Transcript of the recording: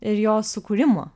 ir jo sukūrimo